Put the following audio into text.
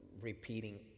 repeating